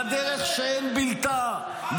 כדרך שאין בלתה,